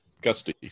gusty